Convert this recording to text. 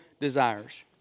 desires